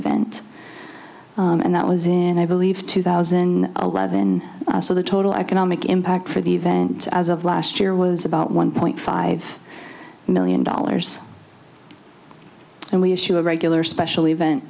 event and that was in i believe two thousand and eleven so the total economic impact for the event as of last year was about one point five million dollars and we issue a regular special event